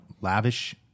lavish